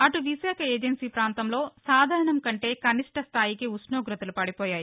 అటు విశాఖ ఏజెన్సీ పాంతంలో సాధారణం కంటే కనిష్ణ స్థాయికి ఉష్టోగ్రతలు పడిపోయాయి